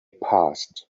passed